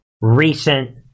recent